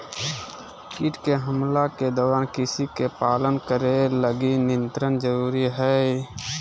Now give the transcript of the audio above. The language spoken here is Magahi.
कीट के हमला के दौरान कृषि के पालन करे लगी नियंत्रण जरुरी हइ